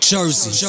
Jersey